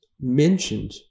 mentioned